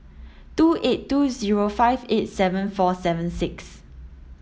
two eight two zero five eight seven four seven six